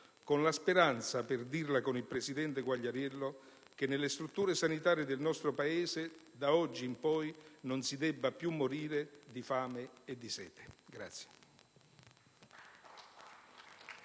con la speranza, per dirla con il presidente Quagliariello, che nelle strutture sanitarie del nostro Paese da oggi in poi non si debba più morire di fame e di sete.